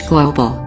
Global